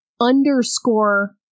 underscore